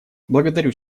благодарю